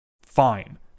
Fine